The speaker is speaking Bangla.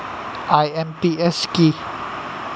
আই.এম.পি.এস কি?